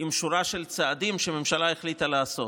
עם שורה של צעדים שהממשלה החליטה לעשות.